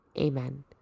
amen